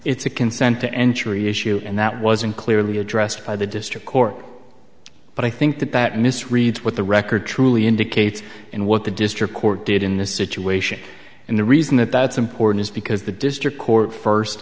it's a consent to entry issue and that wasn't clearly addressed by the district court but i think that that misreads what the record truly indicates and what the district court did in this situation and the reason that that's important is because the district court first